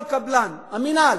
כל קבלן, המינהל